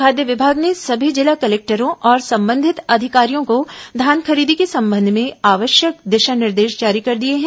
खाद्य विभाग ने सभी जिला कलेक्टरों और संबंधित अधिकारियों को धान खरीदी के संबंध में आवश्यक दिशा निर्देश जारी कर दिए हैं